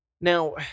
Now